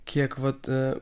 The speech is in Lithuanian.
kiek vat